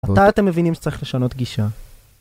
מתי אתם מבינים שצריך לשנות גישה